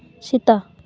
ᱥᱮᱛᱟ